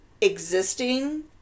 existing